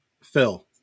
Phil